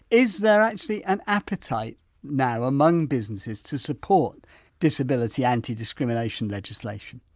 is there actually an appetite now among businesses to support disability, anti-discrimination legislation?